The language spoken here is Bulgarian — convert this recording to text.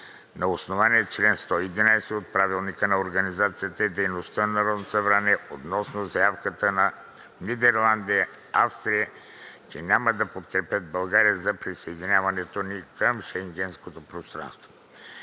на основание чл. 111 от Правилника за организацията и дейността на Народното събрание относно заявката на Нидерландия и Австрия, че няма да подкрепят България за присъединяването ни към Шенгенското пространство,